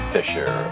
Fisher